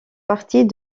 partie